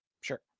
Sure